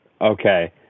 Okay